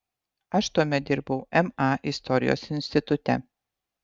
aš tuomet dirbau ma istorijos institute